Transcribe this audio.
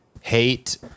hate